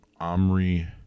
omri